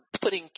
putting